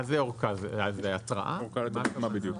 מה זה אורכה זה התראה מה הכוונה?